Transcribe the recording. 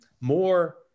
more